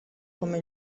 come